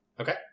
Okay